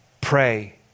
Pray